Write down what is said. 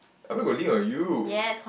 I where got lean on you